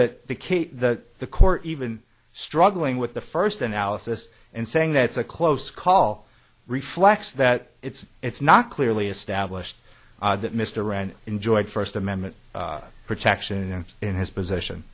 that the case that the court even struggling with the first analysis and saying that it's a close call reflects that it's it's not clearly established that mr rand enjoyed first amendment protection and in his position